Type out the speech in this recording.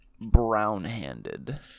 brown-handed